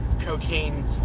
cocaine